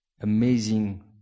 amazing